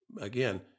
again